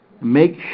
Make